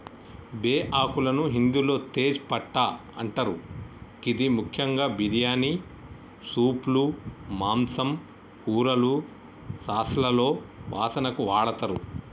బేఆకులను హిందిలో తేజ్ పట్టా అంటరు గిది ముఖ్యంగా బిర్యానీ, సూప్లు, మాంసం, కూరలు, సాస్లలో వాసనకు వాడతరు